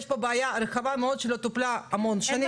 יש פה בעיה רחבה מאוד שלא טופלה המון שנים.